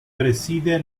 preside